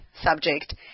subject